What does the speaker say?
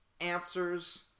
answers